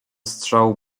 strzału